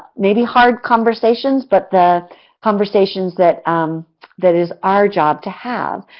maybe hard conversations but the conversations that um that is our job to have.